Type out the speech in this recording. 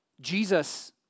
Jesus